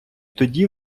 тоді